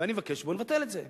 ואני מבקש, בוא נבטל את זה.